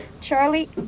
Charlie